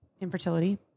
Infertility